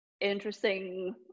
interesting